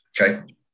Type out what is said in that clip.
Okay